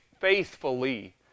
faithfully